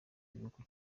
iruhuko